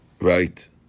right